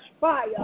fire